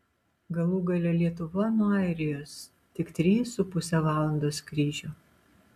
galų gale lietuva nuo airijos tik trys su puse valandos skrydžio